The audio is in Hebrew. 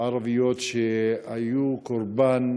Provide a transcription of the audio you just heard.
ערביות שהיו קורבן